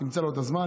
תמצא לו את הזמן,